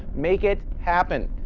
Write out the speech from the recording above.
make it happen!